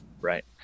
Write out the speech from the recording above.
Right